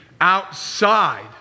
outside